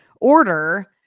order